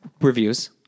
reviews